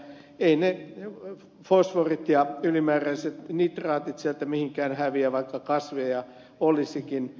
eivät ne fosforit ja ylimääräiset nitraatit sieltä mihinkään häviä vaikka kasveja olisikin